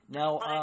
now